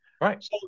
Right